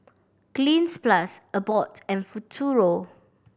Cleanz Plus Abbott and Futuro